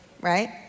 right